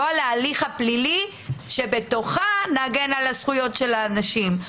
לא על ההליך הפלילי שבתוכו נגן על הזכויות של האנשים.